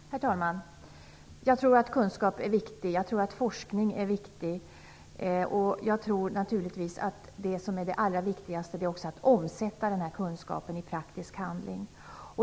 Herr talman! Jag tror att det är viktigt med kunskap och forskning. Jag tror också att det allra viktigaste är att omsätta kunskapen i praktisk handling.